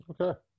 Okay